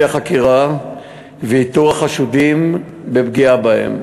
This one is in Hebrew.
החקירה ואיתור החשודים בפגיעה בהם.